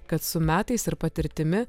kad su metais ir patirtimi